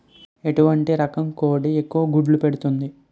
ఎటువంటి రకం కోడి ఎక్కువ గుడ్లు పెడుతోంది?